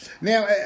Now